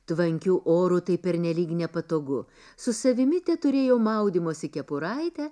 tvankiu oru tai pernelyg nepatogu su savimi teturėjo maudymosi kepuraitę